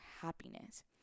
happiness